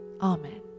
Amen